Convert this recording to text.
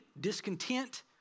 discontent